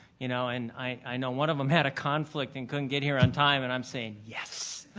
you know, and i know one of them had a conflict and couldn't get here on time and i'm saying, yes.